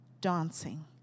dancing